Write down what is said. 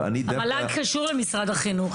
המל"ג קשור למשרד החינוך,